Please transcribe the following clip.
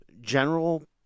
general